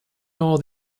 nor